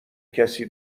کسی